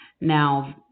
now